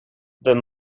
there